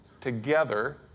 together